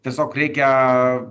tiesiog reikia